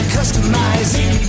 customizing